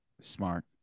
Smart